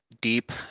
deep